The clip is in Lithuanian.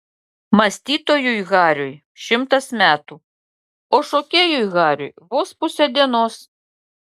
mąstytojui hariui šimtas metų o šokėjui hariui vos pusė dienos